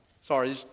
Sorry